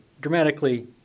Dramatically